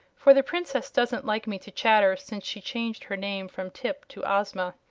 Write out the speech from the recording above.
for the princess doesn't like me to chatter since she changed her name from tip to ozma.